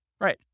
Right